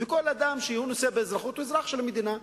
וכל אדם שהוא נושא באזרחות הוא אזרח של המדינה.